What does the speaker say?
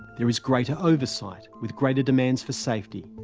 there is greater oversight, with greater demands for safety.